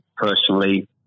personally